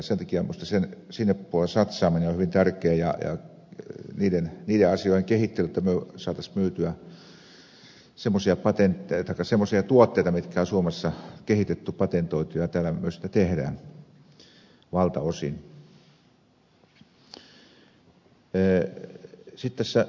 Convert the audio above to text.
sen takia minusta sinne puolelle satsaaminen on hyvin tärkeä ja niiden asioiden kehittely että me saisimme myytyä semmoisia tuotteita mitkä on suomessa kehitetty patentoitu ja mitä täällä myös tehdään valtaosin